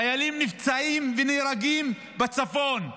חיילים נפצעים ונהרגים בצפון,